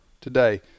today